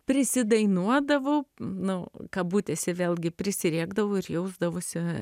prisidainuodavau nu kabutėse vėlgi prisirėkdavau ir jausdavosi